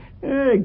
Hey